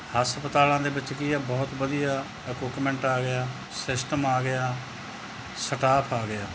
ਹਸਪਤਾਲਾਂ ਦੇ ਵਿੱਚ ਕੀ ਹੈ ਬਹੁਤ ਵਧੀਆ ਇਕੁਪਮੈਂਟ ਆ ਗਏ ਆ ਸਿਸਟਮ ਆ ਗਿਆ ਸਟਾਫ਼ ਆ ਗਿਆ